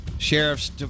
Sheriff's